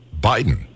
Biden